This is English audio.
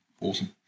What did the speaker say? Awesome